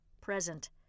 present